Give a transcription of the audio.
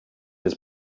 his